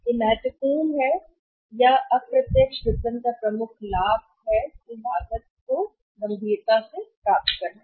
यह महत्वपूर्ण है या अप्रत्यक्ष विपणन का प्रमुख लाभ है लागत पर गंभीर प्राप्त करना